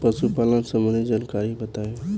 पशुपालन सबंधी जानकारी बताई?